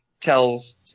tells